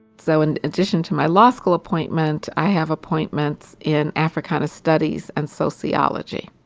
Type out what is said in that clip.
so, in addition to my law school appointment, i have appointments in africana studies and sociology.